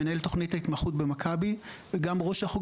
מנהל תוכנית ההתמחות במכבי וגם ראש החוג